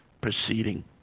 proceeding